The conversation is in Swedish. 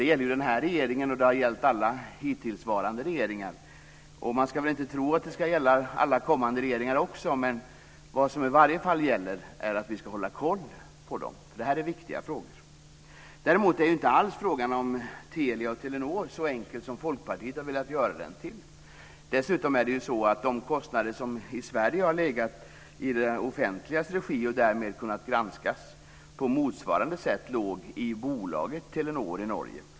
Det gäller den här regeringen och det har gällt alla hittillsvarande regeringar. Man vill inte tro att det också ska gälla alla kommande regeringar, men vad som i varje fall gäller är att vi ska hålla koll på dem. Det här är viktiga frågor. Däremot är inte frågan om Telia-Telenor alls så enkel som Folkpartiet har velat göra den till. Dessutom är det så att de kostnader som i Sverige har legat på det offentliga och som därmed har kunnat granskas låg på bolaget Telenor i Norge.